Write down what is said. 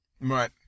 Right